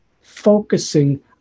focusing